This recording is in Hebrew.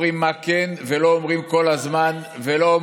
אומרים מה כן ולא אומרים כל הזמן מה לא.